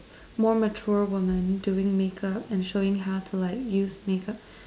more mature women doing makeup and showing how to like use makeup